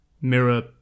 mirror